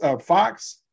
Fox